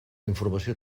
informació